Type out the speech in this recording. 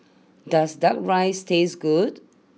does Duck Rice taste good